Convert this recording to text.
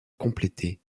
complétée